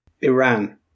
Iran